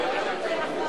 שבועות.